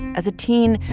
as a teen,